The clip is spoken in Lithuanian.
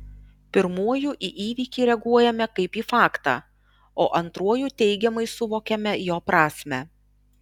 pirmuoju į įvykį reaguojame kaip į faktą o antruoju teigiamai suvokiame jo prasmę